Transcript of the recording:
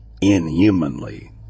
inhumanly